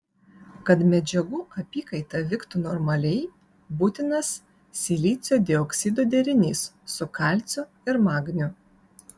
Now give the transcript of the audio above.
kad medžiagų apykaita vyktų normaliai būtinas silicio dioksido derinys su kalciu ir magniu